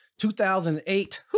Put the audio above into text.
2008